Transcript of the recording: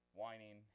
whining